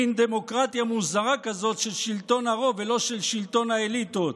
מין דמוקרטיה מוזרה כזאת של שלטון הרוב ולא של שלטון האליטות.